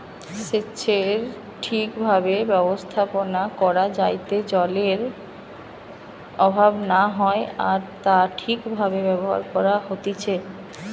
সেচের ঠিক ভাবে ব্যবস্থাপনা করা যাইতে জলের অভাব না হয় আর তা ঠিক ভাবে ব্যবহার করা হতিছে